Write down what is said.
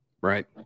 Right